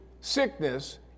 sickness